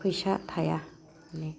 फैसा थाया माने